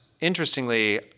interestingly